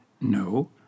no